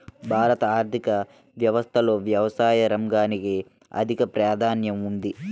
భారత ఆర్థిక వ్యవస్థలో వ్యవసాయ రంగానికి అధిక ప్రాధాన్యం ఉంది